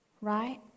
Right